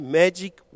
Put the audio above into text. magic